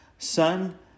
Son